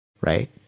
right